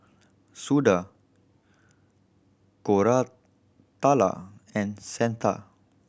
Suda Koratala and Santha